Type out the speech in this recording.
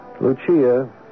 Lucia